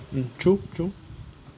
mm true true